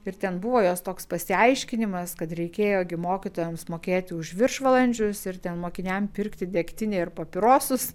ir ten buvo jos toks pasiaiškinimas kad reikėjo gi mokytojams mokėti už viršvalandžius ir ten mokiniam pirkti degtinę ir papirosus